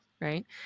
right